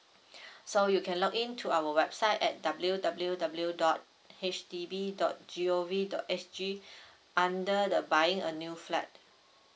so you can log in to our website at w w w dot H D B dot g o v dot s g under the buying a new flat